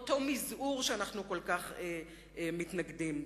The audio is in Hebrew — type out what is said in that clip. והשתתפתי בעצמי באותו מזעור שאנחנו כל כך מתגדרים בו.